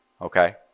Okay